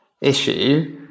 issue